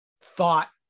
thought